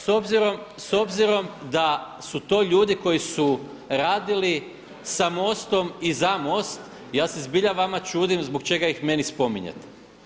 S obzirom da su to ljudi koji su radili sa MOST-om i za MOST ja se zbilja vama čudim zbog čega ih meni spominjete.